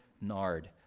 nard